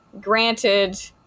granted